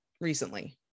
recently